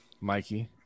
mikey